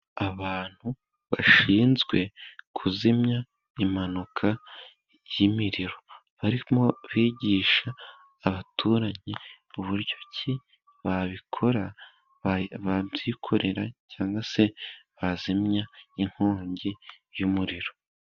Abantu bashinzwe kuzimya impanuka y'imiriro, barimo bigisha abaturge uburyo ki babikora babyikorera, cyangwa se bazimya inkongi y'umuriro.